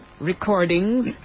recordings